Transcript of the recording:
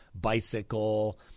Bicycle